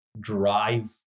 drive